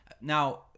Now